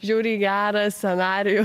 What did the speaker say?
žiauriai gerą scenarijų